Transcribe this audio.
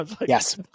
Yes